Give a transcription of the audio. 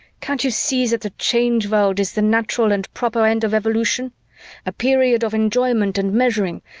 can't you see that the change world is the natural and proper end of evolution a period of enjoyment and measuring,